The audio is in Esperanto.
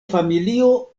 familio